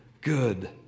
good